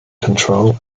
control